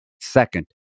Second